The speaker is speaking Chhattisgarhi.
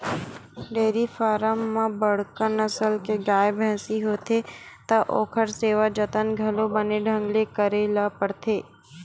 डेयरी फारम म बड़का नसल के गाय, भइसी होथे त ओखर सेवा जतन घलो बने ढंग ले करे ल परथे